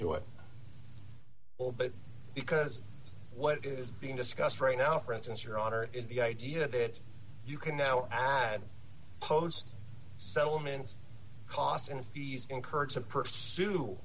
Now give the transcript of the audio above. to it all but because what is being discussed right now for instance your honor is the idea that you can now add post settlements cost and fees encouraged to pursue